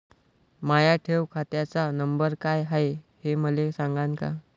माया ठेव खात्याचा नंबर काय हाय हे मले सांगान का?